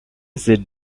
sit